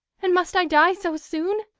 and must i die so soon?